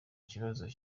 ikibazo